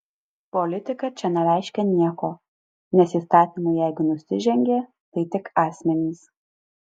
politika čia nereiškia nieko nes įstatymui jeigu nusižengė tai tik asmenys